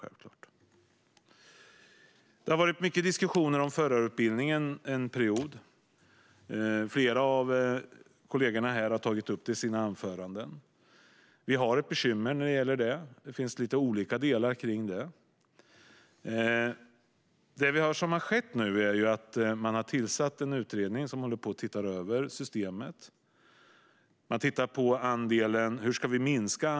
Det har under en period varit mycket diskussioner om förarutbildningen. Flera av kollegorna här har tagit upp det i sina anföranden. Det finns ett bekymmer här när det gäller olika delar. Det som nu har skett är att man har tillsatt en utredning som ser över systemet. Man tittar på hur antalet omprov ska minskas.